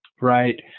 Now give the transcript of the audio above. right